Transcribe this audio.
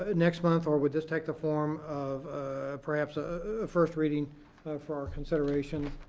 ah next month or would this take the form of perhaps a first reading for our consideration?